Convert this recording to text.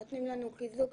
נותנים לנו חיזוק